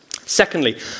secondly